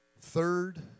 third